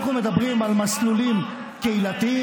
אנחנו מדברים על מסלולים קהילתיים,